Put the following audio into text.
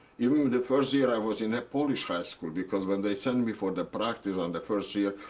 you know the first year, i was in a polish high school. because when they send me for the practice on the first year,